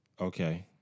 Okay